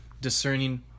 discerning